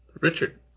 Richard